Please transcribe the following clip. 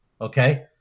okay